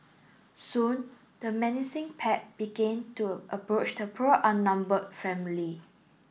soon the menacing pack began to approach the poor outnumbered family